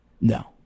No